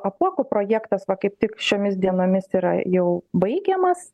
apuokų projektas va kaip tik šiomis dienomis yra jau baigiamas